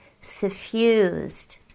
suffused